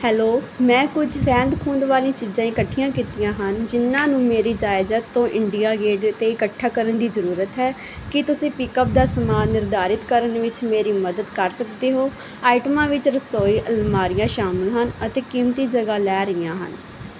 hello ਮੈਂ ਕੁੱਝ ਰਹਿੰਦ ਖੂੰਹਦ ਵਾਲੀ ਚੀਜ਼ਾਂ ਇਕੱਠੀਆਂ ਕੀਤੀਆਂ ਹਨ ਜਿਨ੍ਹਾਂ ਨੂੰ ਮੇਰੀ ਜਾਇਦਾਦ ਤੋਂ ਇੰਡੀਆ ਗੇਟ 'ਤੇ ਇਕੱਠਾ ਕਰਨ ਦੀ ਜ਼ਰੂਰਤ ਹੈ ਕੀ ਤੁਸੀਂ ਪਿਕਅੱਪ ਦਾ ਸਮਾਂ ਨਿਰਧਾਰਤ ਕਰਨ ਵਿੱਚ ਮੇਰੀ ਮਦਦ ਕਰ ਸਕਦੇ ਹੋ ਆਈਟਮਾਂ ਵਿੱਚ ਰਸੋਈ ਅਲਮਾਰੀਆਂ ਸ਼ਾਮਿਲ ਹਨ ਅਤੇ ਕੀਮਤੀ ਜਗ੍ਹਾ ਲੈ ਰਹੀਆਂ ਹਨ